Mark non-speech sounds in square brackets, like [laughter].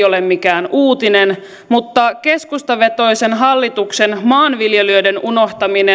[unintelligible] ole mikään uutinen mutta keskustavetoisen hallituksen maanviljelijöiden unohtamista [unintelligible]